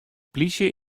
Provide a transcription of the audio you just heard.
plysje